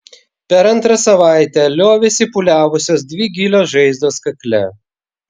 per antrą savaitę liovėsi pūliavusios dvi gilios žaizdos kakle